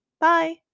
Bye